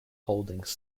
holdings